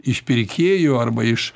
iš pirkėjų arba iš